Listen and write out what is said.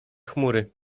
chmury